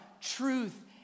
truth